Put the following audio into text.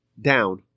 down